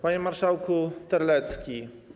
Panie Marszałku Terlecki!